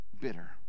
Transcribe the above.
bitter